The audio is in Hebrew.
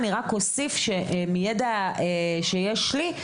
אוסיף שמידע שיש לי,